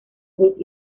hulk